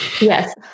Yes